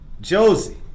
Josie